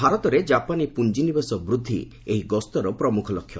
ଭାରତରେ ଜାପାନୀ ପୁଞ୍ଜିନିବେଶ ବୃଦ୍ଧି ଏହି ଗସ୍ତର ପ୍ରମୁଖ ଲକ୍ଷ୍ୟ